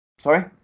Sorry